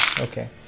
Okay